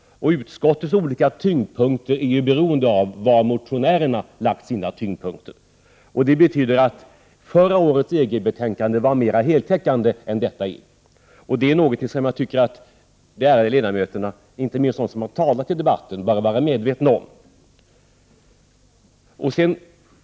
Utskottets olika tyngdpunkter är ju beroende av var motionärerna har lagt sina tyngdpunkter. Det betyder att förra årets EG-betänkande var mera heltäckande än detta är. Det är någonting som jag tycker att de ärade ledamöterna, inte minst de som har talat i debatten, bör vara medvetna om.